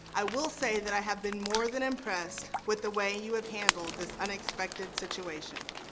i will say that i have been more than impressed with the way you have handled this unexpected situation.